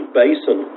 basin